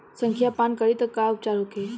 संखिया पान करी त का उपचार होखे?